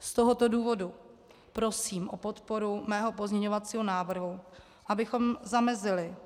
Z tohoto důvodu prosím o podporu mého pozměňovacího návrhu, abychom zamezili